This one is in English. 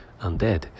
undead